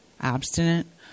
abstinent